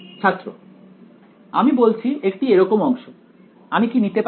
ছাত্র আমি বলছি একটি এরকম অংশ আমি কি নিতে পারি